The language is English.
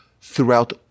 throughout